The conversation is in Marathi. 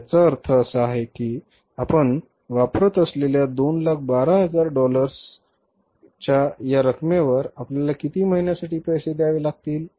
याचा अर्थ असा की आपण वापरत असलेल्या 212000 डॉलर्सच्या या रकमेवर आपल्याला किती महिन्यासाठी पैसे द्यावे लागतील